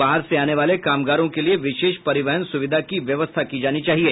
बाहर से आने वाले कामगारों के लिए विशेष परिवहन सुविधा की व्यवस्था की जानी चाहिए